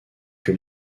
que